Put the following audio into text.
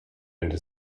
into